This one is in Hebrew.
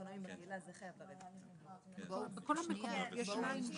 מה שהורדנו מהמנגנון של סעיף 30. ככל שיהיו התייקרויות.